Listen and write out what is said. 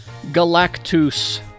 Galactus